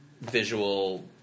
visual